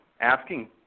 asking